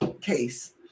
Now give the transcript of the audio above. case